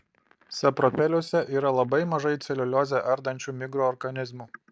sapropeliuose yra labai mažai celiuliozę ardančių mikroorganizmų